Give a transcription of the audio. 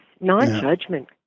Non-judgment